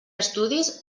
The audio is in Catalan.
estudis